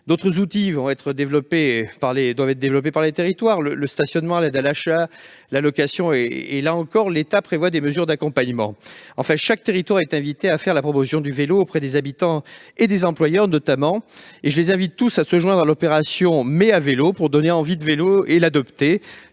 D'autres outils doivent être développés par les territoires : le stationnement, l'aide à l'achat, la location. Là encore, l'État prévoit des mesures d'accompagnement. Enfin, chaque territoire est invité à faire la promotion du vélo auprès des habitants et des employeurs. Je les invite tous à se joindre à l'opération « Mai à vélo » pour donner envie de vélo. Il s'agit